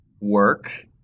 work